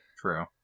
True